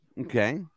Okay